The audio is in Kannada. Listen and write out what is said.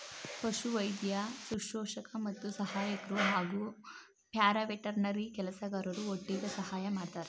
ಪಶುವೈದ್ಯ ಶುಶ್ರೂಷಕ ಮತ್ತು ಸಹಾಯಕ್ರು ಹಾಗೂ ಪ್ಯಾರಾವೆಟರ್ನರಿ ಕೆಲಸಗಾರರು ಒಟ್ಟಿಗೆ ಸಹಾಯ ಮಾಡ್ತರೆ